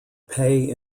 pay